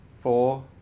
four